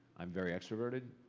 i'm very extroverted.